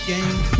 Game